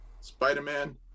Spider-Man